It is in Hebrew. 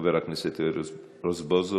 חבר הכנסת יואל רזבוזוב,